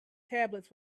tablets